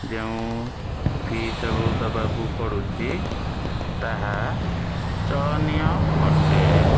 ଯେଉଁ ଫି ସବୁ ଦେବାକୁ ପଡ଼ୁଛି ତାହା ଚଳନୀୟ ଅଟେ